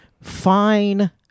fine